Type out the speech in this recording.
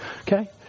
Okay